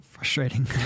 Frustrating